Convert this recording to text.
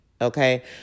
Okay